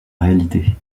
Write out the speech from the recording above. réalité